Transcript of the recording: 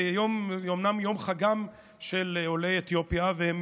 זה אומנם יום חגם של עולי אתיופיה והם